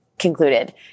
concluded